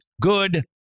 good